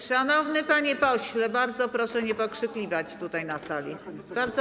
Szanowny panie pośle, bardzo proszę nie pokrzykiwać tutaj na sali.